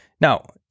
Now